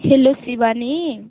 hello Shivani